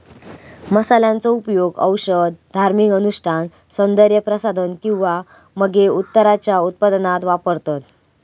मसाल्यांचो उपयोग औषध, धार्मिक अनुष्ठान, सौन्दर्य प्रसाधन किंवा मगे उत्तराच्या उत्पादनात वापरतत